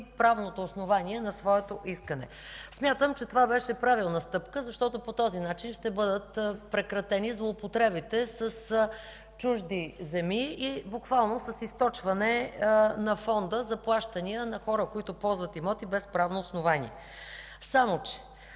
правното основание на своето искане. Смятам, че това беше правилна стъпка, защото по този начин ще бъдат прекратени злоупотребите с чужди земи и буквално с източване на Фонда за плащания на хора, които ползват имоти без правно основание. Само че